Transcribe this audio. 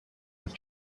with